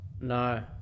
No